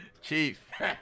Chief